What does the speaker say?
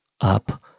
up